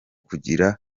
kugira